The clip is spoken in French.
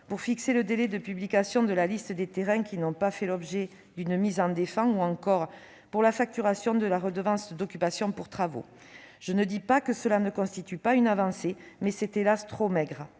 pour fixer le délai de publication de la liste des terrains qui n'ont pas fait l'objet d'une mise en défens ou encore pour la facturation de la redevance d'occupation pour travaux. Je ne dis pas que cela ne constitue pas une avancée, mais c'est, hélas, trop maigre.